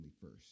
first